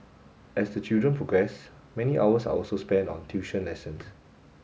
as the children progress many hours are also spent on tuition lessons